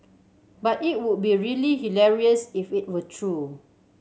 but it would be really hilarious if it were true